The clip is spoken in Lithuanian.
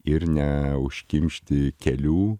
ir neužkimšti kelių